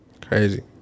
crazy